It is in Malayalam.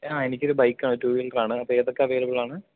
ആ എനിക്കൊരു ബൈക്കാണ് റ്റു വീലറാണ് അപ്പോൾ ഏതൊക്കെ അവൈലബിൾ ആണ്